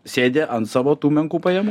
sėdi ant savo tų menkų pajamų